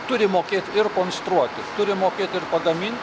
turi mokėti ir konstruoti turi mokėti ir pagamint